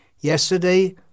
Yesterday